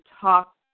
talk